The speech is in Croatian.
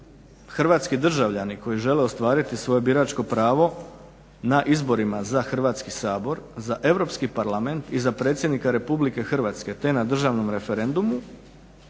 hrvatski državljani koji žele ostvariti svoje biračko pravo na izborima za Hrvatski sabor, za EU parlament i za predsjednika RH te na državnom referendumu